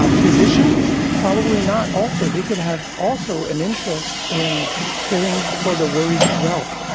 ah physicians, probably not also they could have also an interest in caring for the worried well.